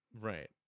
Right